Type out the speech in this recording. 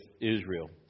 Israel